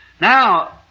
Now